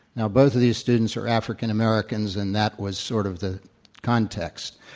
now both of these students are african americans and that was sort of the context.